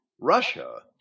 russia